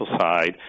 side